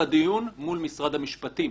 בדיון מול משרד המשפטים,